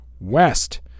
West